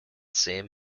same